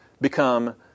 become